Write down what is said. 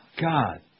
God